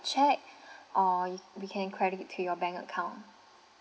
cheque or we can credit to your bank account